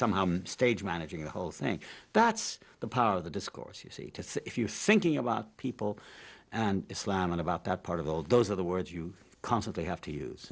somehow stage managing the whole thing that's the power of the discourse you see to see if you're thinking about people and islam and about that part of all those other words you constantly have to use